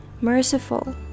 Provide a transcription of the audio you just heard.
merciful